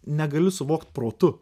negali suvokt protu